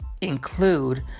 include